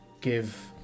Give